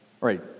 right